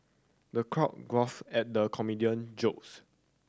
the crowd guffawed at the comedian jokes